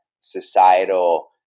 societal